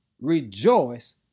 rejoice